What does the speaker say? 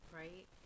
right